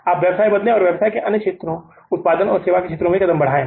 अपना व्यवसाय बदले और व्यवसाय के अन्य क्षेत्रों उत्पादन या सेवा क्षेत्र की ओर कदम बढ़ाएँ